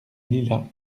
lilas